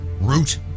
Root